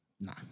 Nah